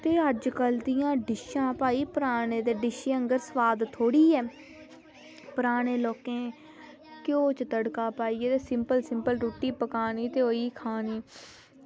ते अज्जकल दियां डिशां ते केह् भई परानियां डिशां आंह्गर सोआद थोह्ड़ी ऐ पराने लोकें ई घ्यो च तड़का पाइयै सिंपल सिंपल रुट्टी पकानी ते ओही खानी